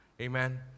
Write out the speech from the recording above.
Amen